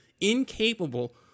incapable